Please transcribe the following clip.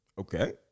Okay